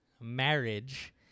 Marriage